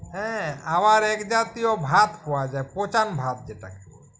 হ্যাঁ আবার এক জাতীয় ভাত পাওয়া যায় পচান ভাত যেটাকে